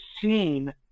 seen